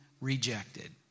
rejected